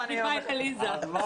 אנחנו